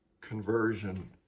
conversion